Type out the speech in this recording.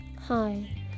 Hi